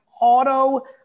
auto-